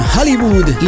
Hollywood